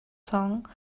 song